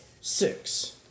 six